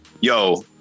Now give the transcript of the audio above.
yo